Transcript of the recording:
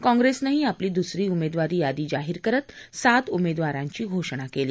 काँप्रेसनंही आपली दुसरी उमेदवारी यादी जाहीर करत सात उमेदवारांची घोषणा केली